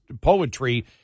poetry